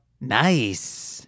nice